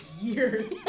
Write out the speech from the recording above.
years